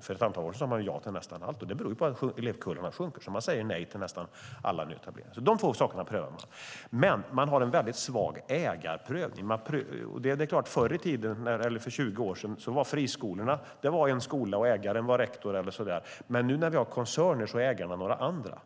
För ett antal år sedan sade man ja till nästan allt. Beroende på att elevkullarna sjunker säger man säger nej till nästan alla nyetableringar. Dessa två saker prövar man. Men man har en väldigt svag ägarprövning. För 20 år sedan var friskolan en skola och ägaren var rektor, men nu när vi har koncerner är ägarna några andra.